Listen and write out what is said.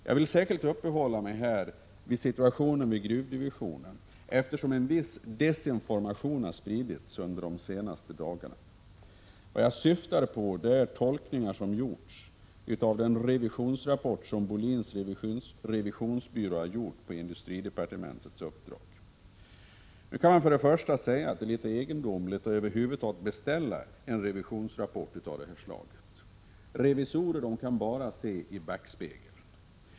Jag vill särskilt uppehålla mig vid situationen vid gruvdivisionen, eftersom en viss desinformation har spritts under de senaste dagarna. Vad jag syftar på är de tolkningar som gjorts i den revisionsrapport som Bohlins revisionsbyrå avgivit på industridepartementets uppdrag. Nu kan man först säga att det är litet egendomligt att över huvud taget beställa en revisionsrapport av det här slaget. Revisorer kan bara se i backspegeln.